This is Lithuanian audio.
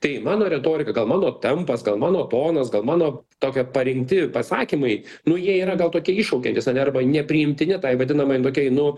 tai mano retorika gal mano tempas gal mano tonas gal mano tokie parinkti pasakymai nu jie yra gal tokie iššaukiantys ane arba nepriimtini tai vadinamai nu tokiai nu